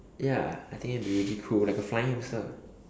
ya I think it will be really cool like a flying hamster